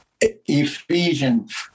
Ephesians